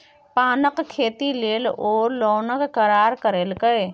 पानक खेती लेल ओ लोनक करार करेलकै